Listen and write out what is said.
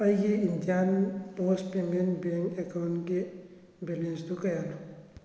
ꯑꯩꯒꯤ Indian post payment bank ꯑꯦꯀꯥꯎꯟꯒꯤ ꯕꯦꯂꯦꯟꯁꯇꯨ ꯀꯌꯥꯅꯣ